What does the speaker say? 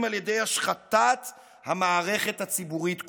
על ידי השחתת המערכת הציבורית כולה.